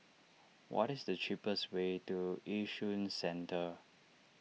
what is the cheapest way to Yishun Central